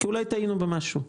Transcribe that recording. כי אולי טעינו במשהו.